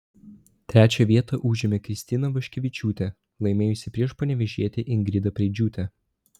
trečią vietą užėmė kristina vaškevičiūtė laimėjusi prieš panevėžietę ingridą preidžiūtę